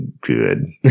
good